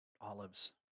Olives